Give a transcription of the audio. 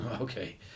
Okay